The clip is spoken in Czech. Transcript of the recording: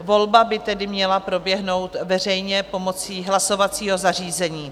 Volba by tedy měla proběhnout veřejně pomocí hlasovacího zařízení.